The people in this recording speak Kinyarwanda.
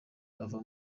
ava